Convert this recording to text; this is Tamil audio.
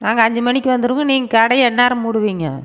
நாங்கள் அஞ்சு மணிக்கு வந்துடுவோம் நீங்கள் கடையை எந்நேரம் மூடுவீங்க